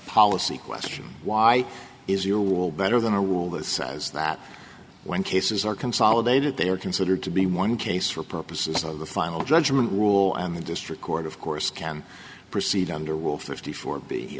policy question why is your will better than a rule that says that when cases are consolidated they are considered to be one case for purposes of the final judgment rule and the district court of course can proceed under rule fifty four b